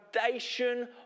foundation